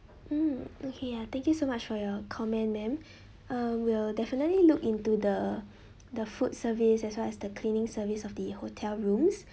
mm okay ya thank you so much for your comment ma'am uh we'll definitely look into the the food service as well as the cleaning service of the hotel rooms